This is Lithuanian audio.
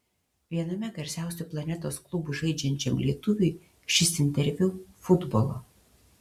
viename garsiausių planetos klubų žaidžiančiam lietuviui šis interviu futbolo